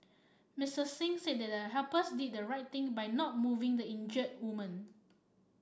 Misters Singh said the helpers did the right thing by not moving the injured woman